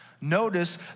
Notice